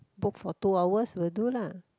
book for two hours will do lah